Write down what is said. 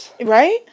right